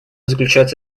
заключается